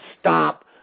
Stop